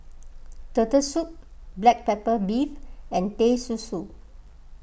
Turtle Soup Black Pepper Beef and Teh Susu